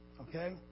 Okay